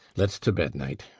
let's to bed, knight.